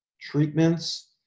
treatments